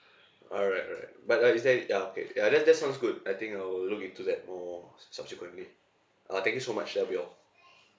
alright alright but uh is there any ya okay ya that that sounds good I think I'll look into that more s~ subsequently ah thank you so much that'll be all